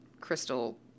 crystal